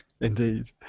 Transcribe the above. Indeed